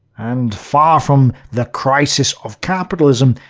and, far from the crisis of capitalism,